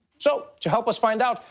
so to help us find out,